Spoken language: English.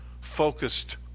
focused